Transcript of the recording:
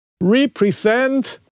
represent